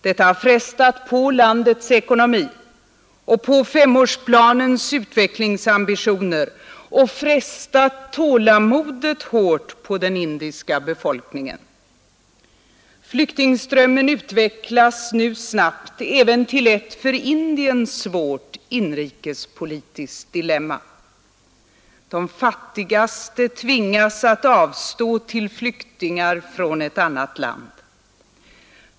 Detta har frestat på landets ekonomi och på femårsplanens utvecklingsambitioner och frestat tålamodet hårt på den indiska befolkningen. Flyktingströmmen utvecklas nu snabbt även till ett för Indien svårt inrikespolitiskt dilemma: de fattigaste tvingas att avstå till flyktingar från ett annat land.